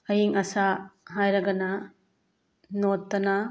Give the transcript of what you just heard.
ꯑꯌꯤꯡ ꯑꯁꯥ ꯍꯥꯏꯔꯒꯅ ꯅꯣꯔꯠꯇꯅ